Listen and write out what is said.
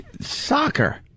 soccer